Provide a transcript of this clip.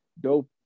dope